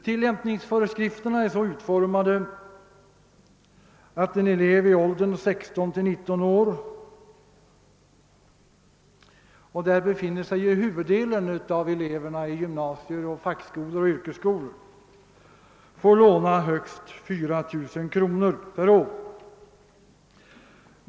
Tillämpningsföreskrifterna är så utformade, att en elev i åldern 16—-19 år — och huvuddelen av eleverna på gymnasier, fackskolor och yrkesskolor tillhör ju denna kategori — får låna högst 4000 kronor per år.